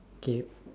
okay